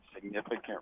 significant